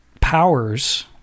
powers